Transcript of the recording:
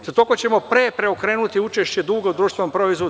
Za toliko ćemo pre pokrenuti učešće duga u društvenom proizvodu.